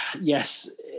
yes